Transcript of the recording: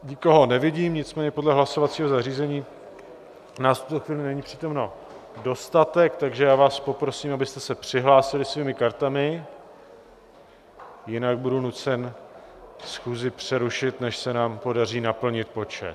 Nikoho nevidím, nicméně podle hlasovacího zařízení nás v tuto chvíli není přítomno dostatek, takže vás poprosím, abyste se přihlásili svými kartami, jinak budu nucen schůzi přerušit, než se nám podaří naplnit počet.